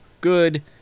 good